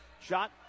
Shot